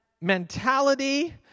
mentality